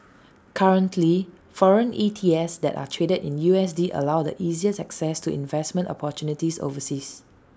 currently foreign E T Fs that are traded in U S D allow the easiest access to investment opportunities overseas